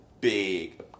big